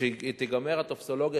שכשתיגמר הטופסולוגיה,